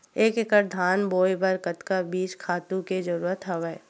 एक एकड़ धान बोय बर कतका बीज खातु के जरूरत हवय?